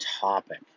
topic